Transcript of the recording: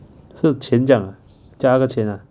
是钱这样啊加那个钱啊